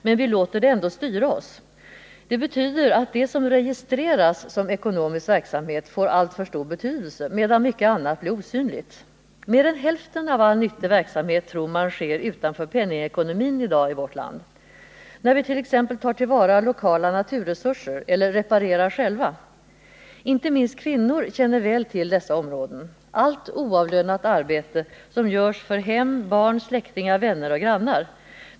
Men vi låter oss ändå styras av detta mått. Det betyder att det som registreras som ekonomisk verksamhet får alltför stor betydelse, medan mycket annat blir osynligt. Mer än hälften av all nyttig verksamhet i vårt land beräknas i dag ske utanför penningekonomin. Så är fallet när vi t.ex. tar till vara lokala naturresurser eller reparerar själva. Inte minst kvinnorna känner väl till dessa områden. De har erfarenhet av allt oavlönat arbete som görs i hemmet, för barn, släkt, vänner och grannar.